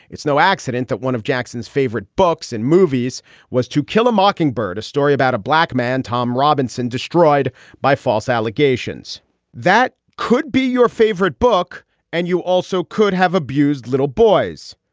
it's no accident that one of jackson's favorite books and movies was to kill a mockingbird a story about a black man tom robinson destroyed by false allegations that could be your favorite book and you also could have abused little boys.